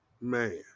man